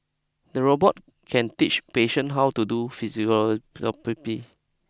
the robot can teach patient how to do physiotherapy